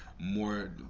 more